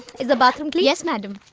is the bathroom clean. yes madam.